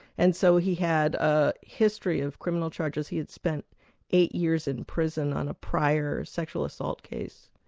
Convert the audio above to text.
and so he had a history of criminal charges. he had spent eight years in prison on a prior sexual assault case.